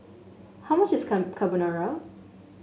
how much is Carbonara